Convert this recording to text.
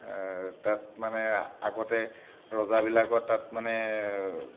তাত মানে আগতে ৰজাবিলাকৰ তাত মানে